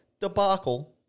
debacle